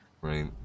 Right